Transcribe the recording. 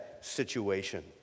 situation